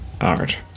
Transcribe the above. art